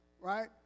right